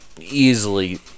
easily